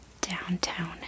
downtown